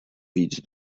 víc